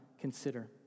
consider